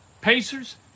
pacers